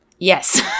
Yes